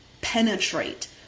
penetrate